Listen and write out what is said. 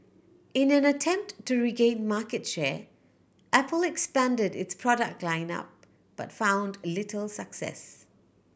in an attempt to regain market share Apple expanded its product line up but found little success